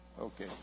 Okay